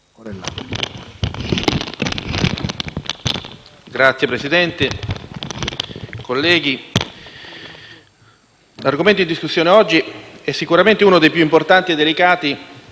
Signor Presidente, onorevoli colleghi, l'argomento in discussione oggi è sicuramente uno dei più importanti e delicati